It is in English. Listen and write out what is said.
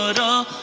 ah da